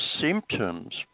symptoms